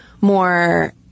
more